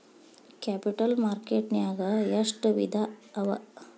Capital market ನ್ಯಾಗ್ ಎಷ್ಟ್ ವಿಧಾಅವ?